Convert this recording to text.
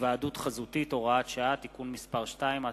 (היוועדות חזותית, הוראת שעה) (תיקון מס' 2),